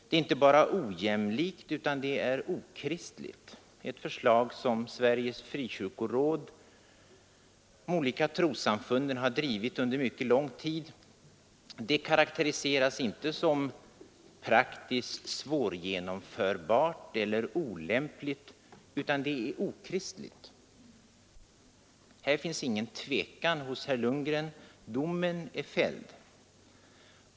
Det är inte bara ”ojämlikt” utan även ”okristligt”, Ett förslag, som Sveriges frikyrkoråd och de olika trossamfunden drivit under mycket lång tid, karakteriseras inte som praktiskt svårgenomförbart eller olämpligt utan som okristligt. Det finns ingen tvekan hos herr Lundgren. Domen är fälld.